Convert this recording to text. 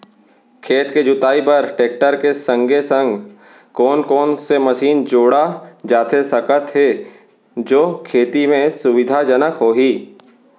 खेत के जुताई बर टेकटर के संगे संग कोन कोन से मशीन जोड़ा जाथे सकत हे जो खेती म सुविधाजनक होही?